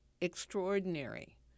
extraordinary